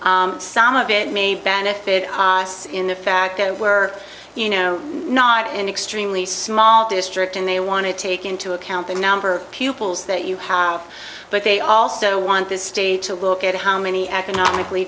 allocating some of it may benefit us in the fact that we're you know not an extremely small district and they want to take into account the number pupils that you have but they also want this state to look at how many economically